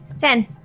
Ten